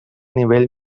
nivell